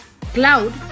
cloud